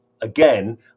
again